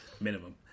minimum